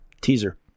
teaser